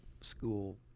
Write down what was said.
school